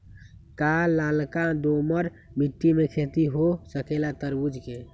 का लालका दोमर मिट्टी में खेती हो सकेला तरबूज के?